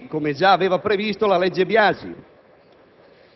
nonché alle imprese familiari e ai lavoratori autonomi, così come già aveva previsto la legge Biagi;